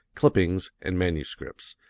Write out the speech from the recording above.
clippings and manuscripts,